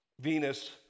Venus